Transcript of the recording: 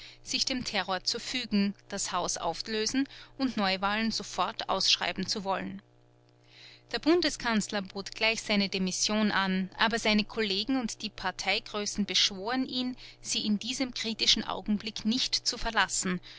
sich dem terror zu fügen das haus auflösen und neuwahlen sofort ausschreiben zu wollen der bundeskanzler bot gleich seine demission an aber seine kollegen und die parteigrößen beschworen ihn sie in diesem kritischen augenblick nicht zu verlassen